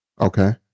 Okay